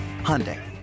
hyundai